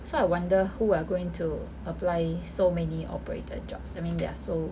so I wonder who are going to apply so many operator jobs I mean there so